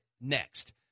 next